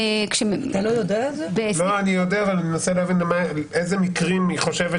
אני מנסה להבין איזה מקרים היא חושבת